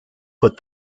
put